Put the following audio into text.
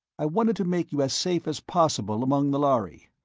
i wanted to make you as safe as possible among the lhari.